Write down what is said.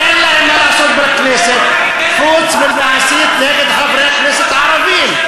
אין להם מה לעשות בכנסת חוץ מלהסית נגד חברי הכנסת הערבים.